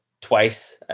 twice